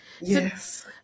yes